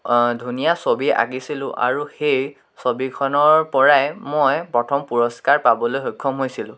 ধুনীয়া ছবি আকিছিলোঁ আৰু সেই ছবিখনৰ পৰাই মই প্ৰথম পুৰস্কাৰ পাবলৈ সক্ষম হৈছিলোঁ